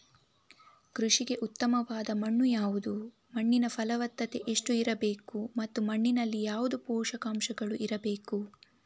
ಕೃಷಿಗೆ ಉತ್ತಮವಾದ ಮಣ್ಣು ಯಾವುದು, ಮಣ್ಣಿನ ಫಲವತ್ತತೆ ಎಷ್ಟು ಇರಬೇಕು ಮತ್ತು ಮಣ್ಣಿನಲ್ಲಿ ಯಾವುದು ಪೋಷಕಾಂಶಗಳು ಇರಬೇಕು?